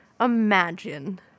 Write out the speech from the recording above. imagine